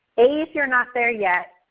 a if you're not there yet,